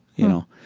you know,